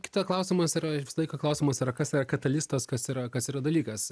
kita klausimas yra ir visą laiką klausimas yra kas yra katalistas kas yra kas yra dalykas